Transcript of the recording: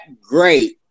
great